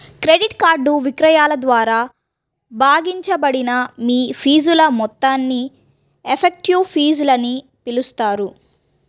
credit card విక్రయాల ద్వారా భాగించబడిన మీ ఫీజుల మొత్తాన్ని ఎఫెక్టివ్ ఫీజులని పిలుస్తారు